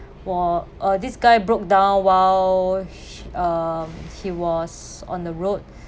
was uh this guy broke down while um he was on the road